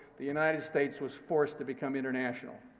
the united states was forced to become international.